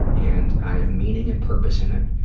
and i have meaning and purpose in it,